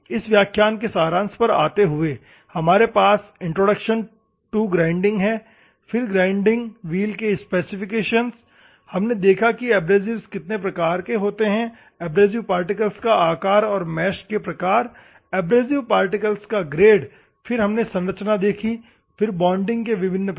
इस व्याख्यान के सारांश पर आते हुए हमारे पास इंट्रोडक्शन तो ग्राइंडिंग है फिर ग्राइंडिंग व्हील के स्पेसिफिकेशन्स हमने देखा है कि एब्रेसिव्स कितने प्रकार के होते है एब्रेसिव पार्टिकल्स का आकार और मैश के प्रकार एब्रेसिव पार्टिकल्स का ग्रेड फिर हमने संरचना देखी फिर बॉन्डिंग के विभिन्न प्रकार